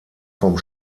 vom